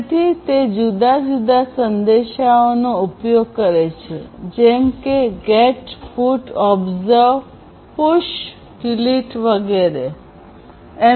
તેથી તે જુદા જુદા સંદેશાઓનો ઉપયોગ કરે છે જેમ કે GET PUT OBSERVE PUSH Delete વગેરે એમ